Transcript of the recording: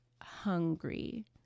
hungry